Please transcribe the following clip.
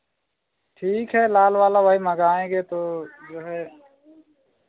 ठीक है लाल वाला वही मंगाएंगे तो जो है